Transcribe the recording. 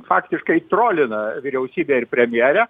faktiškai trolina vyriausybę ir premjerę